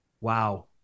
Wow